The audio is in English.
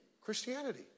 Christianity